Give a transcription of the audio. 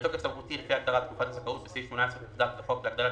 בתוקף סמכותי לפי הגדרת "תקופת הזכאות" בסעיף 18כד לחוק להגדלת